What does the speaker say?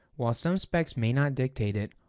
while some specs may not dictate it,